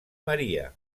maria